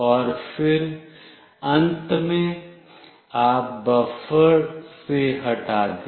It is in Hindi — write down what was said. और फिर अंत में आप बफर से हटा दें